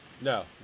No